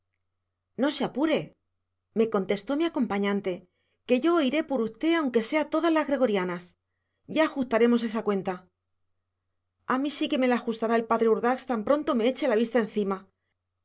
no se apure me contestó mi acompañante que yo oiré por usted aunque sea todas las gregorianas ya ajustaremos esa cuenta a mí sí que me la ajustará el padre urdax tan pronto me eche la vista encima